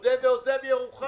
מודה ועוזב ירוחם.